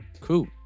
cool